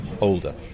older